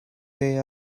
they